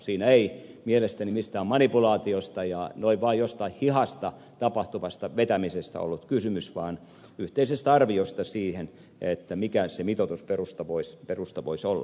siinä ei mielestäni mistään manipulaatiosta ja noin vaan jostain hihasta tapahtuvasta vetämisestä ollut kysymys vaan yhteisestä arviosta siihen mikä se mitoitusperusta voisi olla